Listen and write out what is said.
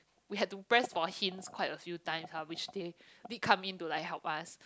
we had to press for him quite a few times lah which they be come in to help us